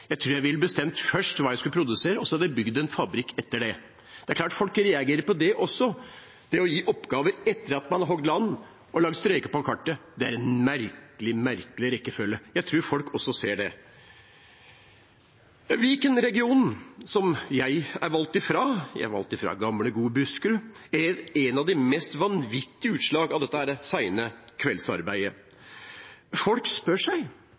Jeg tror jeg først ville bestemt hva jeg skulle produsere, og så hadde jeg bygd en fabrikk etter det. Det er klart folk reagerer på det også. Det å gi oppgaver etter at man har hogd land og lagd streker på kartet, er en merkelig rekkefølge. Jeg tror folk også ser det. Viken-regionen, som jeg er valgt fra, jeg er valgt fra gamle, gode Buskerud, er et av de mest vanvittige utslagene av dette sene kveldsarbeidet. Folk spør seg,